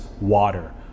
water